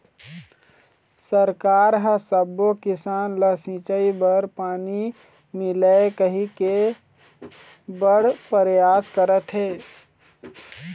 सरकार ह सब्बो किसान ल सिंचई बर पानी मिलय कहिके बड़ परयास करत हे